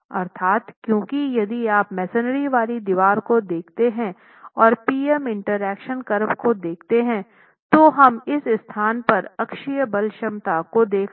अर्थात् क्योंकि यदि आप मेसनरी वाली दीवार को देखते हैं और PM इंटरैक्शन कर्व को देखते हैं तो हम इस स्थान पर अक्षीय बल क्षमता को देख रहे थे